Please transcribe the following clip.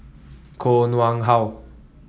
Koh Nguang How